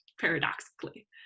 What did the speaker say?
paradoxically